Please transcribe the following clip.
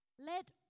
Let